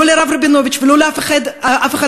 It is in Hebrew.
לא לרב רבינוביץ ולא לאף אחד אחר,